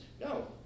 No